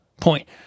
point